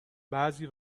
بعضی